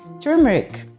turmeric